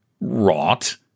Rot